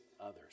others